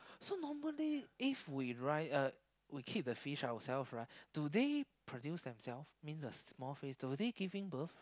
so normally if we run uh we keep the fish ourself right do they produce them self means the small fish do they giving birth